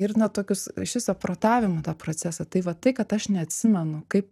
ir na tokius iš viso protavimo tą procesą tai vat tai kad aš neatsimenu kaip